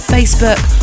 Facebook